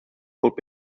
could